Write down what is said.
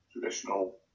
traditional